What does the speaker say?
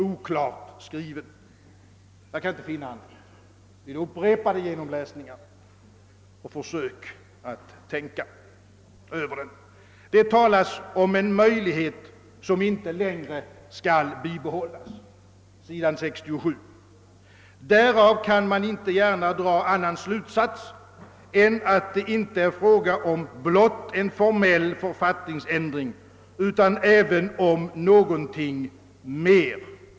Vid upprepade genomläsningar och försök att genomtänka innehållet har jag inte kunnat finna annat. Det talas på s. 67 om en möjlighet som inte längre skall bibehållas, och därav kan man inte gärna dra någon annan slutsats än att det inte blott är fråga om en formell författningsändring utan om någonting mer.